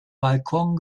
balkon